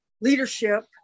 leadership